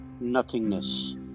nothingness